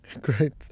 great